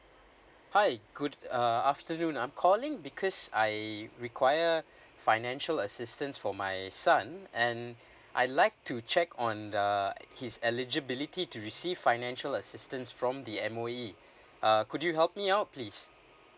hi good uh afternoon ah I'm calling because I require financial assistance for my son and I'd like to check on uh his eligibility to receive financial assistance from the M_O_E uh could you help me out please